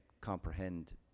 comprehend